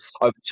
Over